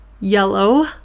Yellow